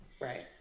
right